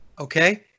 Okay